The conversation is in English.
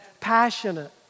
passionate